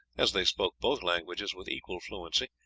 as they spoke both languages with equal fluency,